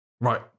right